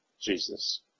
Jesus